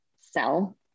sell